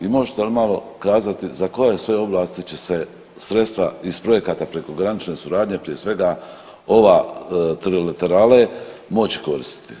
I možete li malo kazati za koje sve oblasti će se sredstva iz projekata prekogranične suradnje, prije svega, ova trilaterale moći koristiti?